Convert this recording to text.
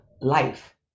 life